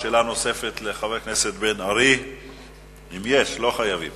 שאלה נוספת לחבר הכנסת בן-ארי, אם יש, לא חייבים.